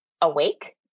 awake